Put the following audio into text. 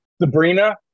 Sabrina